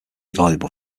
valuable